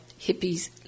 hippies